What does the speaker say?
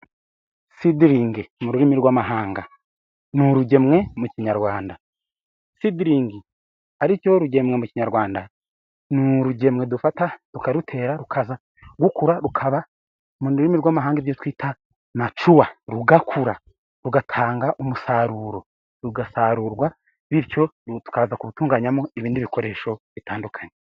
Fidilingi mu rurimi rw'amahanga ni urugemwe mu kinyarwanda; fidilingi aribyo urugemwe mu kinyarwanda ni urugemwe dufata tukarutera rukaza gukura rukaba mu rurimi rw'amahanga ibyo twita macuwa, rugakura rugatanga umusaruro rugasarurwa bityo tukaza kurutunganyamo ibindi bikoresho bitandukanye.